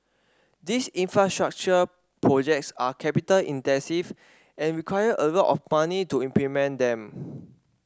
these infrastructure projects are capital intensive and require a lot of money to implement them